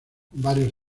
varios